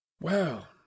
Well